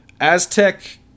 Aztec